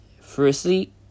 Firstly